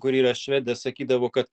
kuri yra švedė sakydavo kad